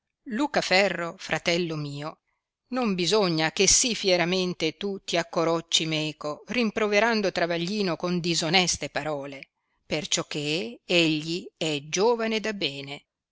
lucaferro fratello mio non bisogna che sì fìeramenie tu ti accorocci meco rimproverando travaglino con disoneste parole perciò che egli è giovane da bene